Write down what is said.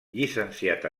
llicenciat